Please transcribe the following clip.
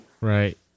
Right